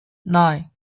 nine